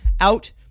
out